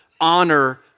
honor